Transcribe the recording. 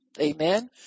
Amen